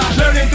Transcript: learning